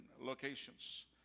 locations